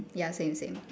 ya same same